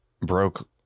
broke